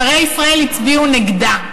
שרי ישראל הצביעו נגדה.